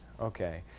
Okay